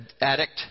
addict